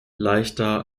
leichter